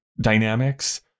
dynamics